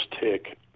tick